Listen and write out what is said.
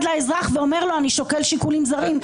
לאזרח ואומר לו: אני שוקל שיקולים זרים,